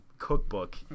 cookbook